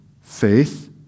faith